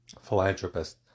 philanthropist